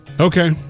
Okay